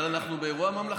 אבל אנחנו באירוע ממלכתי,